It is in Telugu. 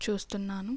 చూస్తున్నాను